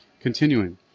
Continuing